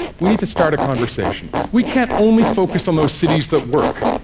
we need to start a conversation. we can't only focus on those cities that work,